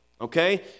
Okay